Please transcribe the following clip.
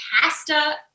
pasta